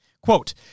Quote